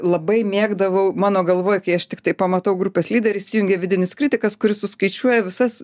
labai mėgdavau mano galvoj kai aš tiktai pamatau grupės lyderį įsijungė vidinis kritikas kuris suskaičiuoja visas